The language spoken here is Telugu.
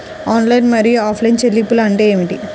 ఆన్లైన్ మరియు ఆఫ్లైన్ చెల్లింపులు అంటే ఏమిటి?